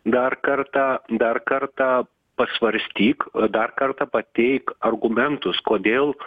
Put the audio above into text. dar kartą dar kartą pasvarstyk dar kartą pateik argumentus kodėl